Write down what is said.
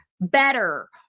better